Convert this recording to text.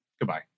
Goodbye